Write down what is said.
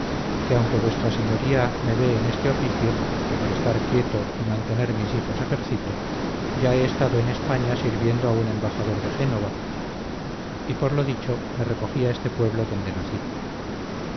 que aunque v s me ve en este oficio que por estar quieto y mantener mis hijos ejercito ya he estado en españa sirviendo a un embajador de génova y por lo dicho me recogí a este pueblo donde nací